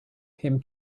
him